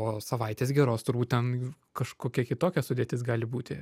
po savaitės geros turbūt ten kažkokia kitokia sudėtis gali būti